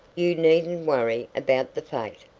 you needn't worry about the fete.